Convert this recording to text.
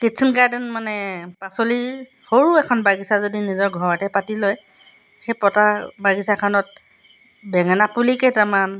kitchen garden মানে পাচলিৰ সৰু এখন বাগিচা যদি নিজৰ ঘৰতে পাতি লয় সেই পতা বাগিচাখনত বেঙেনা পুলিকেইটামান